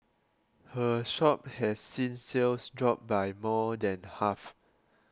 her shop has seen sales drop by more than half